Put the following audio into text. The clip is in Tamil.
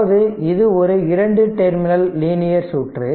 அதாவது இது ஒரு 2 டெர்மினல் லீனியர் சுற்று